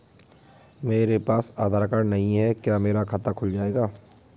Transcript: मेरे पास आधार कार्ड नहीं है क्या मेरा खाता खुल जाएगा?